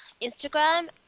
Instagram